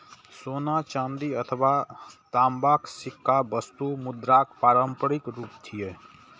सोना, चांदी अथवा तांबाक सिक्का वस्तु मुद्राक पारंपरिक रूप छियै